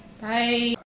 bye